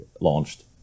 launched